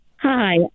Hi